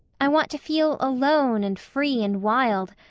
i want to feel alone and free and wild.